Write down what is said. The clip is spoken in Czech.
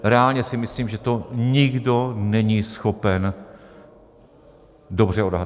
Reálně si myslím, že to nikdo není schopen dobře odhadnout.